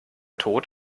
tod